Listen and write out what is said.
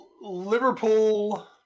Liverpool